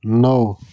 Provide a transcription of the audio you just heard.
نَو